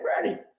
ready